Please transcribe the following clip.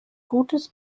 gutes